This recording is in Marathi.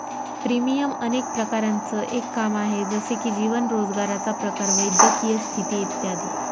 प्रीमियम अनेक प्रकारांचं एक काम आहे, जसे की जीवन, रोजगाराचा प्रकार, वैद्यकीय स्थिती इत्यादी